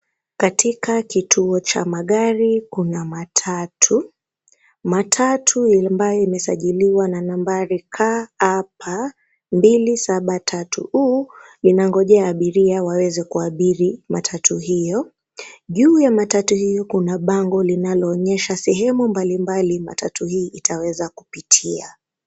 Katika kituo cha magari kuna matatu, matatu ambayo imesajiliwa na nambari KAP 273U inangojea abiria waweze kuabiri matatu hiyo, juu ya matatu hii kuna bango linaloonyesha sehemu mbalimbali matatu hii itaweza kupitia.